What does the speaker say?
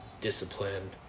discipline